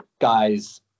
guys